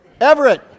Everett